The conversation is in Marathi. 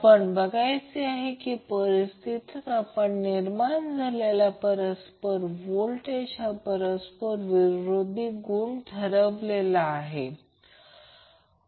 आपण बघायचे की अशा परिस्थितीत आपण निर्माण झालेला परस्पर व्होल्टेज परस्पर विरोधी गुण कसा ठरवायचा